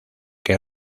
que